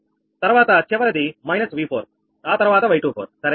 తర్వాత చివరిది minus V4 ఆ తర్వాత Y24 సరేనా